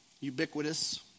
ubiquitous